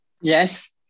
Yes